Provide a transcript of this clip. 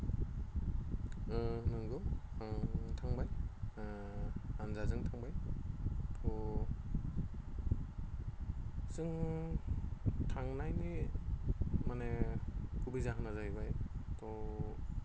नंगौ आं थांबाय हानजाजों थांबाय थ' जों थांनायनि माने गुबै जाहोना जाहैबाय थ'